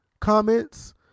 comments